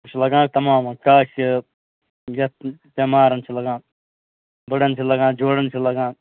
سُہ چھُ لَگان تَمامَن ژاسہِ چھِ یَتھ بٮ۪مارَن چھُ لَگان بٕڑَن چھِ لَگان جوڑَن چھِ لَگان